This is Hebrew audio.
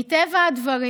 מטבע הדברים,